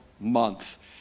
month